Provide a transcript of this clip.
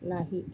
नाही